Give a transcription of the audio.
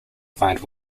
find